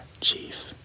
Chief